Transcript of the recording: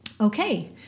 Okay